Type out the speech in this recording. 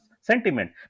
sentiment